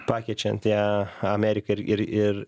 pakeičiant ją amerika ir ir ir